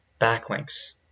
backlinks